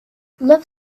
love